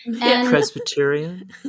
Presbyterian